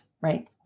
right